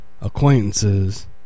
acquaintances